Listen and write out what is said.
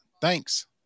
Thanks